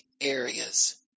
areas